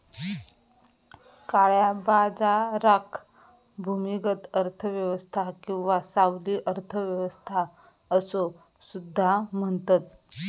काळ्या बाजाराक भूमिगत अर्थ व्यवस्था किंवा सावली अर्थ व्यवस्था असो सुद्धा म्हणतत